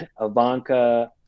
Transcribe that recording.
Ivanka